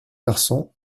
garçons